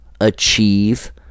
achieve